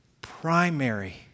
primary